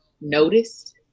noticed